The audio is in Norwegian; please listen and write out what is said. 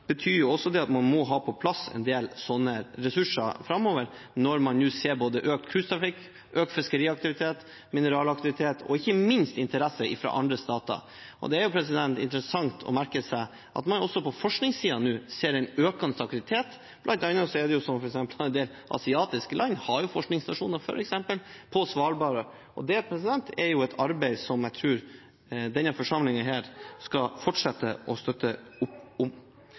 betyr også at man må ha på plass en del sånne ressurser framover, når man nå ser både økt cruisetrafikk, økt fiskeriaktivitet, økt mineralaktivitet og ikke minst økt interesse fra andre stater. Det er interessant å merke seg at man også på forskningssiden ser en økende aktivitet nå, bl.a. er det en del asiatiske land som har forskningsstasjoner på Svalbard. Det er et arbeid jeg tror denne forsamlingen skal fortsette å støtte opp om.